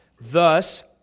Thus